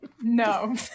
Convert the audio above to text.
No